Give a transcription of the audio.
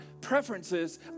preferences